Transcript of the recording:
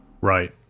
right